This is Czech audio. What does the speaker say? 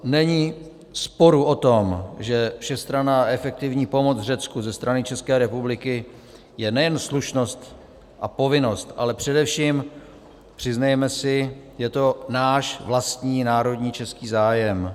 Není sporu o tom, že všestranná efektivní pomoc Řecku ze strany České republiky je nejen slušnost a povinnost, ale především, přiznejme si, je to náš vlastní národní český zájem.